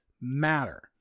matter